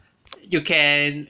you can